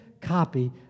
copy